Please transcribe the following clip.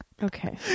Okay